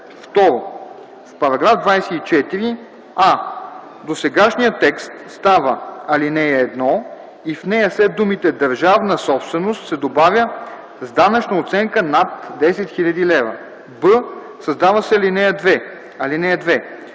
2. В § 24: а) досегашният текст става ал. 1 и в нея след думите „държавна собственост” се добавя „с данъчна оценка над 10 000 лв.”; б) Създава се ал. 2: